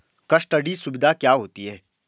Custody सुविधा क्या होती है?